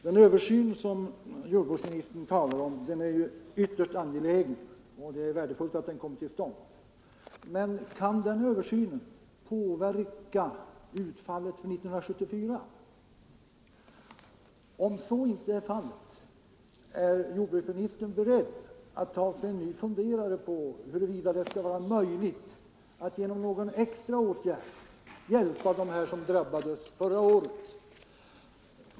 Den översyn som jordbruksministern talar om är ytterst angelägen, och det är värdefullt att den kommer till stånd. Men kan den påverka utfallet för 1974? Om så inte är fallet, är jordbruksministern då beredd att ta sig en ny funderare på huruvida det är möjligt att genom någon extra åtgärd hjälpa dem som drabbades förra året?